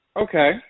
Okay